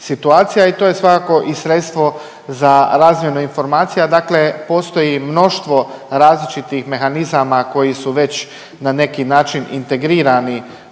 i to je svakako i sredstvo za razmjenu informacija. Dakle, postoji mnoštvo različitih mehanizama koji su već na neki način integrirani